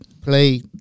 play